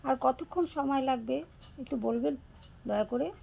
আর কতক্ষণ সময় লাগবে একটু বলবেন দয়া করে